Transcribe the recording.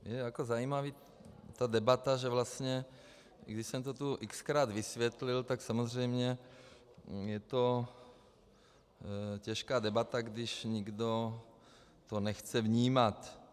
Je zajímavá debata, že vlastně, když jsem to tu xkrát vysvětlil, tak samozřejmě je to těžká debata, když nikdo to nechce vnímat.